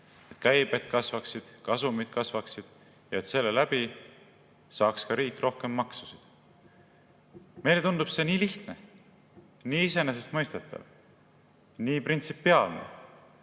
käibed kasvaksid, kasumid kasvaksid ja seeläbi saaks ka riik rohkem maksusid. Meile tundub see nii lihtne, nii iseenesestmõistetav, nii printsipiaalne.